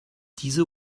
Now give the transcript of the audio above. diese